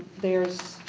there's